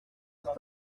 leurs